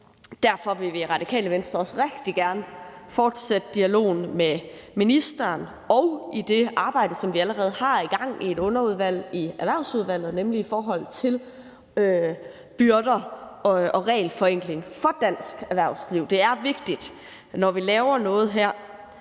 derfor vil vi i Radikale Venstre også rigtig gerne fortsætte dialogen med ministeren og det arbejde, som vi allerede har i gang i et underudvalg i Erhvervsudvalget, nemlig i forhold til byrder og regelforenkling for dansk erhvervsliv. Det er vigtigt, når vi laver noget her,